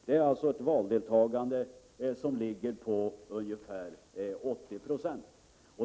Det är alltså ett valdeltagande som ligger på ungefär 80 20.